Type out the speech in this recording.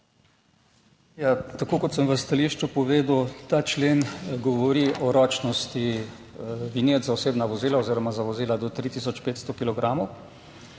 tako kot sem v stališču povedal, ta člen govori o ročnosti vinjet za osebna vozila oziroma za vozila do 3500